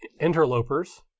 interlopers